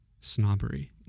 snobbery